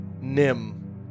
Nim